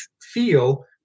feel